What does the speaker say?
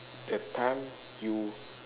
that time you